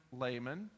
layman